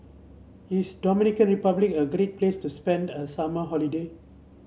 is Dominican Republic a great place to spend a summer holiday